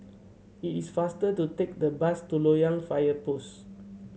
it is faster to take the bus to Loyang Fire Post